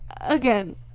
again